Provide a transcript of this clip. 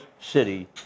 city